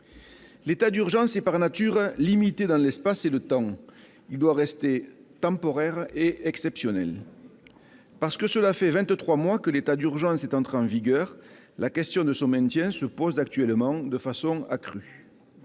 L'état d'urgence est par nature limité dans l'espace et dans le temps. Il doit rester temporaire et exceptionnel. Parce que voici vingt-trois mois que l'état d'urgence est entré en vigueur, la question de son maintien se pose actuellement de façon accrue.